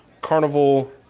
carnival